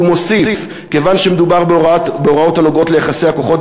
והוא מוסיף: כיוון שמדובר בהוראות הנוגעות ליחסי הכוחות